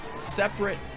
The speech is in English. separate